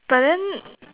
but then